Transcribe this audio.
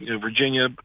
Virginia